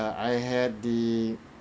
I had the